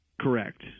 Correct